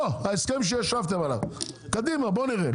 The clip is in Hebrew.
בוא, ההסכם שישבתם עליו, קדימה בוא נראה.